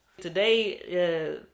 Today